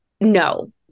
no